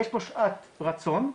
יש פה שעת רצון,